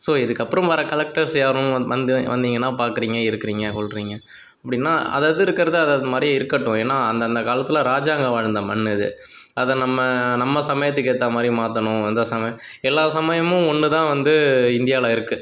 so இதுக்கு அப்புறோ வர கலெக்டர்ஸ் யாரும் வந் வந்து வந்தீங்கன்னா பார்க்குறிங்க இருக்குறீங்க கொள்ளுறிங்க அப்படின்னா அதுஅது இருக்கிறத அதுஅது மாதிரியே இருக்கட்டும் ஏன்னா அந்த அந்த காலத்தில் ராஜாங்க வாழ்ந்த மண்ணிது அது நம்ம நம்ம சமயத்துக்கு ஏற்ற மாதிரி மாத்தணும் அந்த சமயம் எல்லா சமயமும் ஒன்னுதான் வந்து இந்தியாவில் இருக்கு